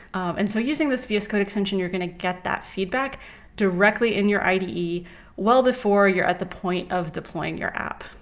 and so using this vs code extension, you're going to get that feedback directly in your ide well before you're at the point of deploying your app.